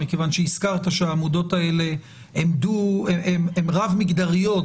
מכיוון שהזכרת שהעמודות האלה הן רב-מגדריות,